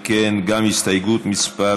אם כן, גם הסתייגות מס'